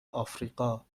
آفریقا